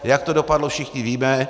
Jak to dopadlo, všichni víme.